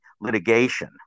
litigation